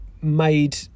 made